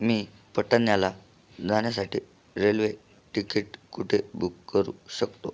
मी पाटण्याला जाण्यासाठी railway ticket कुठे बुक करू शकतो